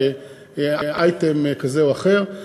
לאייטם כזה או אחר.